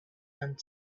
and